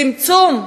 צמצום,